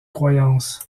croyances